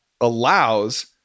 allows